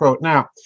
Now